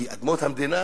כי אדמות המדינה,